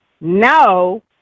no